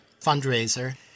fundraiser